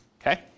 Okay